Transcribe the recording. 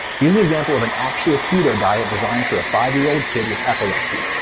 here's an example of an actual keto diet designed for a five year old kid with epilepsy.